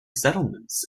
settlements